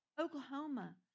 Oklahoma